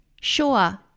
Sure